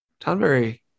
Tonberry